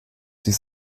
sich